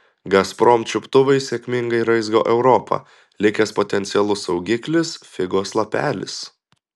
gazprom čiuptuvai sėkmingai raizgo europą likęs potencialus saugiklis figos lapelis